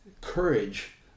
courage